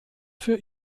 für